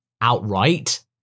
outright